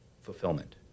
fulfillment